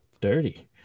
Dirty